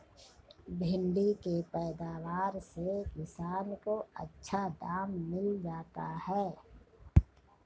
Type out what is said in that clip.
भिण्डी के पैदावार से किसान को अच्छा दाम मिल जाता है